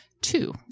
Two